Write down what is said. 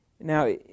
Now